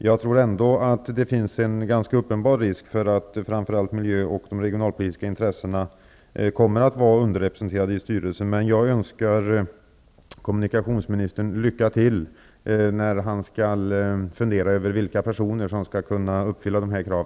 Jag tror ändå att det finns en uppenbar risk för att miljöintressen och regionalpolitiska intressen kommer att vara underrepresenterade i styrelsen. Jag önskar kommunikationsministern lycka till när han skall fundera över vilka personer som skall kunna uppfylla dessa krav.